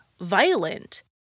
violent